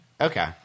Okay